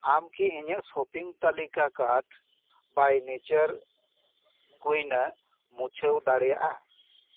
ᱟᱢ ᱠᱤ ᱤᱧᱟᱹᱜ ᱥᱚᱯᱤᱝ ᱛᱟᱞᱤᱠᱟ ᱠᱟᱨᱴ ᱵᱟᱭ ᱱᱮᱪᱟᱨ ᱠᱩᱭᱱᱟ ᱢᱩᱪᱷᱟᱹᱣ ᱫᱟᱲᱮᱭᱟᱜᱼᱟ